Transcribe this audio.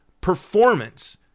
performance